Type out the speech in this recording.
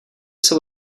jsou